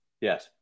Yes